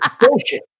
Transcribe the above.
bullshit